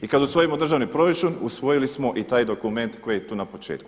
I kada usvojimo državni proračun usvojili smo i taj dokument koji je tu na početku.